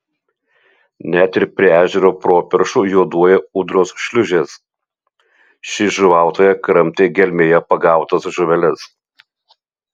net ir prie ežero properšų juoduoja ūdros šliūžės ši žuvautoja kramtė gelmėje pagautas žuveles